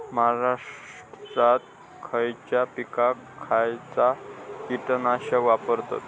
महाराष्ट्रात खयच्या पिकाक खयचा कीटकनाशक वापरतत?